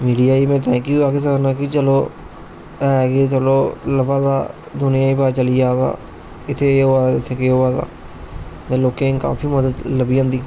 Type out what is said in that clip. media गी में thank you आक्खी सकना कि चलो ऐ है कि चलो लब्भा दा दुनिया गी पता चली जा रदा इत्थे एह् होआ दा उत्थे केह् होआ दा ते लोकें गी काफी मदद लब्भी जंदी